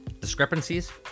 discrepancies